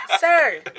sir